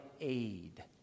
aid